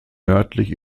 nördlich